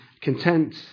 content